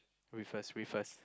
read first read first